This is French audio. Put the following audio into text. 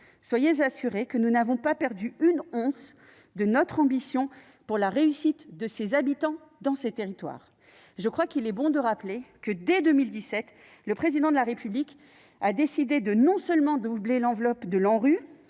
soyez assurés que n'avons pas perdu une once de notre ambition pour la réussite des habitants de ces territoires. Il me paraît bon de le rappeler : dès 2017, le Président de la République a décidé, non seulement de doubler l'enveloppe de l'ANRU,